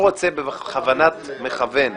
בכוונת מכוון אני